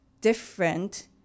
different